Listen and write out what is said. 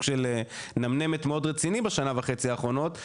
של נמנמת מאוד רצינית בשנה וחצי האחרונות,